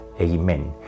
Amen